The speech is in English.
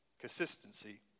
Consistency